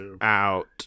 out